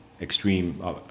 extreme